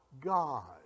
God